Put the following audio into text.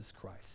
Christ